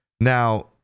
Now